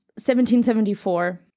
1774